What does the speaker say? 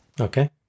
Okay